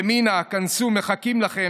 ימינה, היכנסו, מחכים לכם.